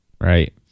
Right